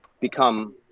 become